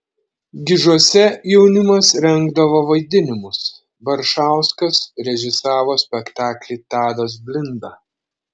gižuose jaunimas rengdavo vaidinimus baršauskas režisavo spektaklį tadas blinda